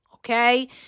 Okay